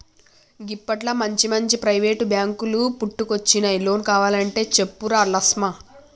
గిప్పట్ల మంచిమంచి ప్రైవేటు బాంకులు పుట్టుకొచ్చినయ్, లోన్ కావలంటే చెప్పురా లస్మా